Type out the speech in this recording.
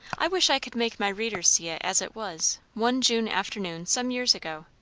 i wish i could make my readers see it as it was, one june afternoon some years ago.